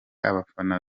abafana